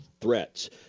threats